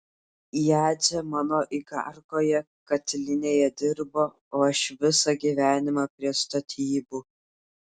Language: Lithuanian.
jadzė mano igarkoje katilinėje dirbo o aš visą gyvenimą prie statybų